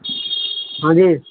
ہاں جی